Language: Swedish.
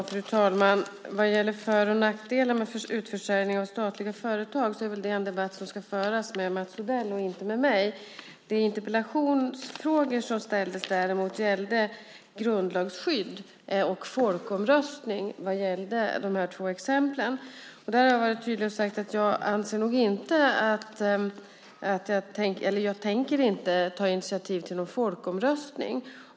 Fru talman! Debatten om för och nackdelar med utförsäljning av statliga företag ska väl föras med Mats Odell och inte med mig? De frågor som ställdes i interpellationen gällde däremot grundlagsskydd och folkomröstning i fråga om dessa två exempel. Där har jag sagt att jag inte tänker ta initiativ till någon folkomröstning.